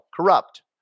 corrupt